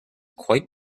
quite